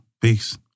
Peace